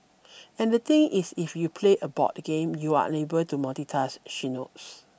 and the thing is if you play a board game you are unable to multitask she notes